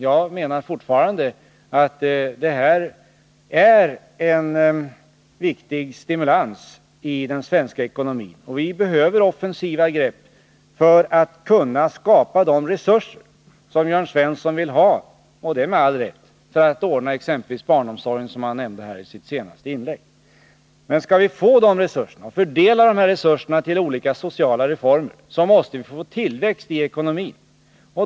Jag menar fortfarande att det här innebär en viktig stimulans i den svenska ekonomin. Vi behöver offensiva grepp för att vi skall kunna skapa de resurser som Jörn Svensson vill ha — och det med all rätt — för att ordna exempelvis barnomsorgen, som han nämnde i sitt senaste inlägg. För att vi skall kunna skapa sådana resurser och fördela dem till olika sociala reformer måste vi få till stånd tillväxt i ekonomin.